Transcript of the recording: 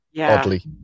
oddly